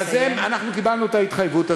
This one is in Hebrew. אז אנחנו קיבלנו את ההתחייבות הזאת,